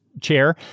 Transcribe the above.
chair